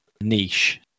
niche